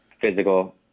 physical